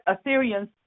Assyrians